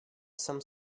some